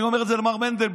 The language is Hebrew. אני אומר את זה למר מנדלבליט.